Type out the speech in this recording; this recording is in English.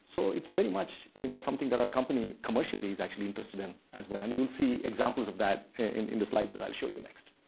so, it's very much you know something that our company commercially is actually interested in as well. and you'll see examples of that in the slides that i'll show you next.